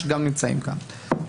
שגם נמצאים כאן.